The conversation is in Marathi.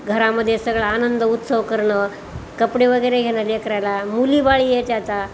घरामध्ये सगळं आनंद उत्सव करणं कपडे वगैरे घ्यायला लेकराला मुलीबाळी यायच्या आता